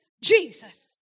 Jesus